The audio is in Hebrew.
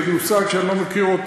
זה מושג שאני לא מכיר.